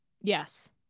Yes